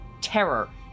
terror